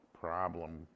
problem